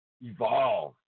evolve